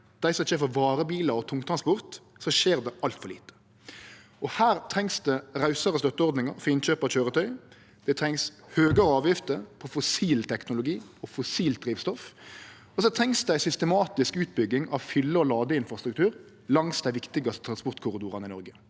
dei som kjem frå varebilar og tungtransport – skjer det altfor lite. Her trengst det rausare støtteordningar for innkjøp av køyretøy, det trengst høgare avgifter på fossilteknologi og fossilt drivstoff, og det trengst ei systematisk utbygging av fylle- og ladeinfrastruktur langs dei viktigaste transportkorridorane i Noreg.